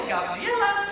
Gabriella